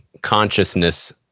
consciousness